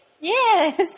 Yes